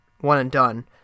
one-and-done